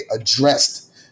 addressed